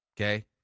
okay